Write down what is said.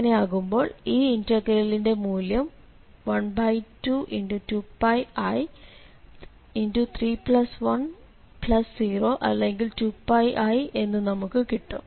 അങ്ങനെയാകുമ്പോൾ ഈ ഇന്റഗ്രലിന്റെ മൂല്യം 122πi310 അല്ലെങ്കിൽ 2πi എന്ന് നമുക്ക് കിട്ടും